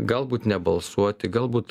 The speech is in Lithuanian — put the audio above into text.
galbūt nebalsuoti galbūt